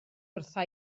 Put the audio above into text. wrtha